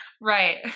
Right